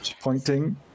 pointing